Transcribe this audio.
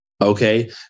okay